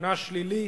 תמונה שלילית,